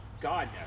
God